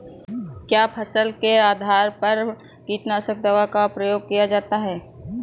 क्या फसल के आधार पर कीटनाशक दवा का प्रयोग किया जाता है?